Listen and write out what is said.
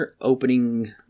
opening